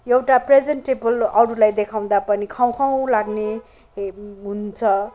एउटा प्रेजेन्टेबल अरूलाई देखाउँदा पनि खाऊँ खाऊँ लाग्ने हुन्छ